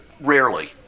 rarely